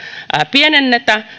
pienennetä